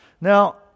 Now